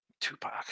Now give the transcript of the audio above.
Tupac